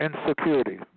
insecurity